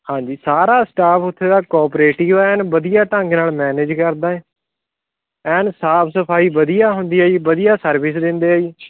ਹਾਂਜੀ ਸਾਰਾ ਸਟਾਫ ਉੱਥੇ ਦਾ ਕੋਪਰੇਟਿਵ ਐਨ ਵਧੀਆ ਢੰਗ ਨਾਲ ਮੈਨੇਜ ਕਰਦਾ ਐਨ ਸਾਫ ਸਫਾਈ ਵਧੀਆ ਹੁੰਦੀ ਹੈ ਜੀ ਵਧੀਆ ਸਰਵਿਸ ਦਿੰਦੇ ਆ ਜੀ